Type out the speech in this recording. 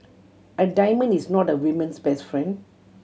a diamond is not a women's best friend